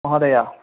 महोदय